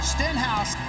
Stenhouse